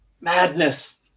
Madness